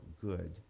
good